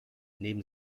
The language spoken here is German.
neben